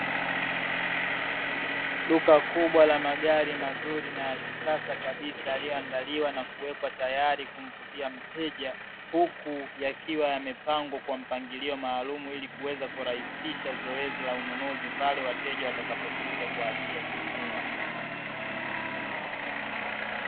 Duka kubwa la magari mazuri na ya kisasa kabisa, yaliyoandaliwa na kuwekwa tayari kumvutia mteja, huku yakiwa yamepangwa kwa mpangilio maalumu ili kuweza kurahisisha zoezi la ununuzi pale wateja watakapokuja kwa ajili ya kununua.